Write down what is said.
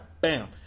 Bam